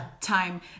time